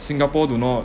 singapore do not